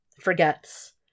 Forgets